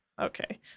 Okay